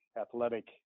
athletic